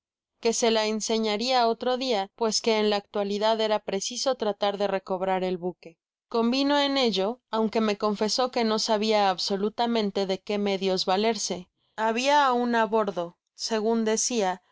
que se la enseñaria otro dia pues que en la actualidad era preciso tratar de recobrar el buque convino en ello aunque me confesó que no sabia absolutamente de qué medios valerse habia aun á bordo segun deeia